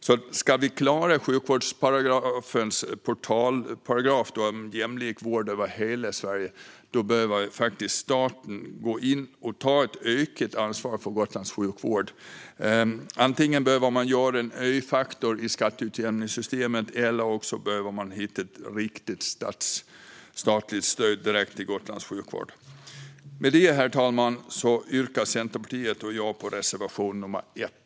Om vi ska klara sjukvårdens portalparagraf om en jämlik vård över hela Sverige behöver staten gå in och ta ett ökat ansvar för Gotlands sjukvård. Det behövs antingen en öfaktor i skatteutjämningssystemet eller ett riktat statligt stöd direkt till Gotlands sjukvård. Med detta, herr talman, yrkar jag och Centerpartiet bifall till reservation 1.